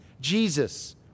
Jesus